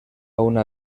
una